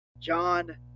John